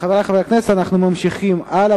חברי חברי הכנסת, אנחנו ממשיכים הלאה.